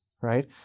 right